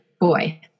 boy